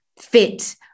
fit